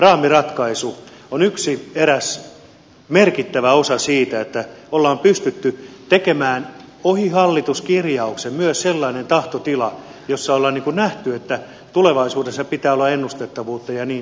raamiratkaisu on eräs merkittävä osa siitä että on pystytty tekemään ohi hallituskirjauksen myös sellainen tahtotila jossa on nähty että tulevaisuudessa pitää olla ennustettavuutta ja niin edelleen